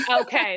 Okay